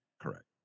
Correct